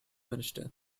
minister